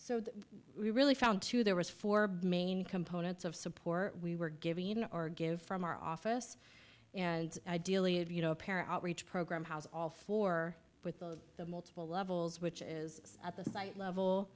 so we really found two there was four main components of support we were giving or give from our office and ideally if you know a parent outreach program house all four with the multiple levels which is at the site level